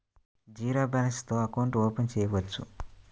Zero balance తో account open చేయవచ్చు?